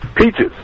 Peaches